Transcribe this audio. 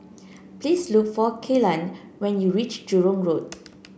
please look for Kellan when you reach Jurong Road